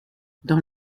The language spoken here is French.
dans